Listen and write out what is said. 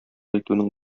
итүнең